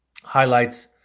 highlights